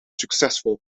succesvol